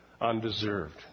undeserved